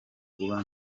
kuba